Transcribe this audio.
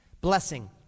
Blessing